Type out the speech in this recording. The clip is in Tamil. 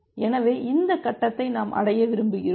எனவே இந்த கட்டத்தை நாம் அடைய விரும்புகிறோம்